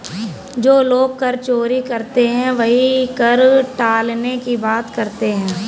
जो लोग कर चोरी करते हैं वही कर टालने की बात करते हैं